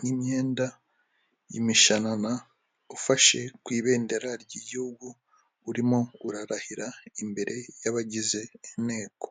n'imyenda y'mishanana, ufashe ku ibendera ry'igihugu, urimo urarahira imbere y'abagize inteko.